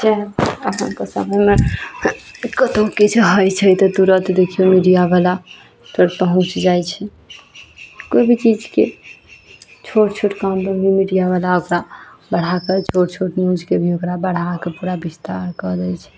जे अहाँके समूहमे कतहु किछु होइ छै तऽ तुरत देखियौ मीडियावला पहुँच जाइ छै कोइ भी चीजके छोट छोट कामपर भी मीडियावला ओकरा बढ़ाकऽ छोट छोट न्यूजके भी ओकरा बढ़ाकऽ पूरा विस्तार कऽ दै छै